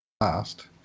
last